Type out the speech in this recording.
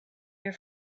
your